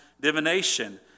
divination